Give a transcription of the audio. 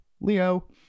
Leo